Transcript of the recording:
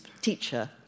teacher